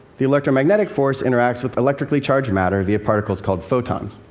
the electromagnetic force interacts with electrically charged matter via particles called photons.